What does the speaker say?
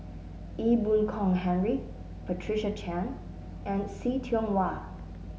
Ee Boon Kong Henry Patricia Chan and See Tiong Wah